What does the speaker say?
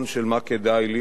או "מה יצא לי מזה?"